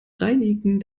reinigen